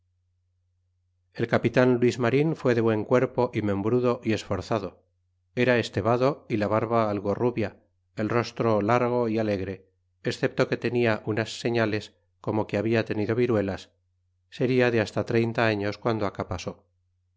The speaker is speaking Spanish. el capitan luis marin fue de buen cuerpo membrudo y esforzado era estebado la barba algo rubia el rostro largo alegre excepto que tenia unas señales como que habia tenido viruelas seria de hasta treinta años guando acá pasó